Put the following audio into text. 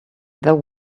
there